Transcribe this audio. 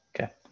Okay